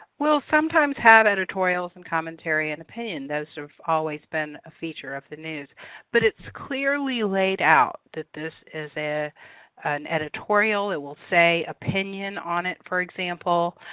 will sometimes have editorials and commentary and opinion. those have sort of always been a feature of the news but it's clearly laid out that this is in an editorial. it will say opinion on it, for example.